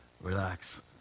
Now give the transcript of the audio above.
relax